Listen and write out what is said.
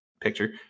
picture